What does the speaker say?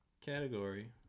category